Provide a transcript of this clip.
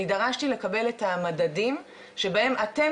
אני דרשתי לקבל את המדדים שבהם אתם